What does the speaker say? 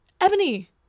Ebony